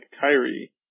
Kyrie